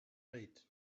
late